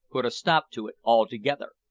put a stop to it altogether.